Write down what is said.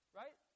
right